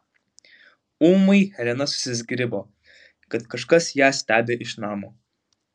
ūmai helena susizgribo kad kažkas ją stebi iš namo